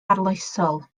arloesol